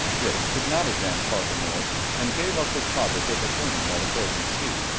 drake did not advance farther north and gave up his project of returning by the frozen sea.